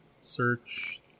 Search